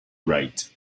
wright